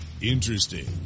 interesting